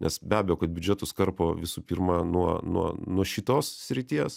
nes be abejo kad biudžetus karpo visų pirma nuo nuo nuo šitos srities